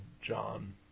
John